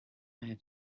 hit